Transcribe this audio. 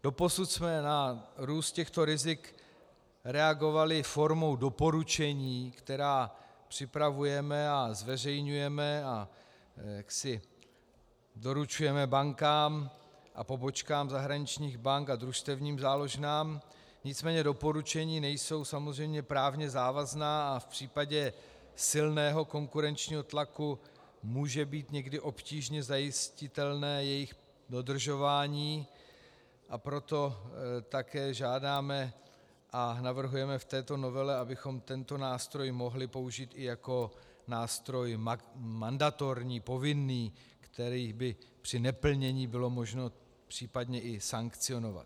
Doposud jsme na růst těchto rizik reagovali formou doporučení, která připravujeme a zveřejňujeme a doručujeme bankám a pobočkám zahraničních bank a družstevním záložnám, nicméně doporučení nejsou samozřejmě právně závazná a v případě silného konkurenčního tlaku může být někdy obtížně zajistitelné jejich dodržování, a proto také žádáme a navrhujeme v této novele, abychom tento nástroj mohli použít i jako nástroj mandatorní, povinný, který by při neplnění bylo možno případně i sankcionovat.